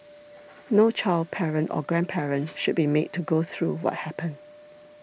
no child parent or grandparent should be made to go through what happened